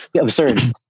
absurd